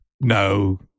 no